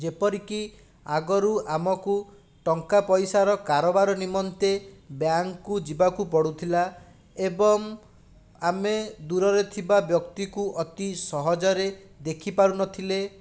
ଯେପରିକି ଆଗରୁ ଆମକୁ ଟଙ୍କା ପଇସାର କାରବାର ନିମନ୍ତେ ବ୍ୟାଙ୍କକୁ ଯିବାକୁ ପଡ଼ୁଥିଲା ଏବଂ ଆମେ ଦୂରରେ ଥିବା ବ୍ୟକ୍ତିକୁ ଅତି ସହଜରେ ଦେଖିପାରୁନଥିଲେ